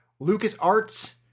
LucasArts